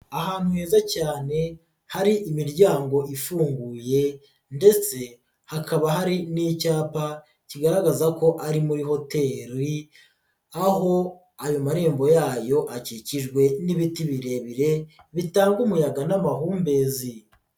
Ahantu heza cyane hari imiryango ifunguye ndetse hakaba hari n'icyapa kigaragaza ko ari muri hoteli aho ayo marembo yayo akikijwe n'ibiti birebire bitanga umuyaga n'amahumbezi.